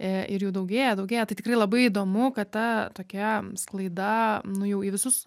e ir jų daugėja daugėja tai tikrai labai įdomu kad ta tokia sklaida nu jau į visus